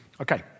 Okay